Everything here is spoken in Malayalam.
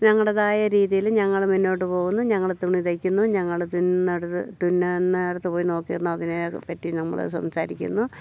ഞങ്ങളടേതായ രീതിയിൽ ഞങ്ങൾ മുന്നോട്ട് പോകുന്നു ഞങ്ങൾ തുണി തയ്ക്കുന്നു ഞങ്ങൾ തുന്നുന്ന ഇടത്ത് തുന്നുന്ന ഇടുത്ത് പോയി നോക്കുന്നു അതിനെ പറ്റി നമ്മൾ സംസാരിക്കുന്നു